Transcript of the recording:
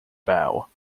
bow